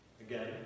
again